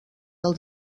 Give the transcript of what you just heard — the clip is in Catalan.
del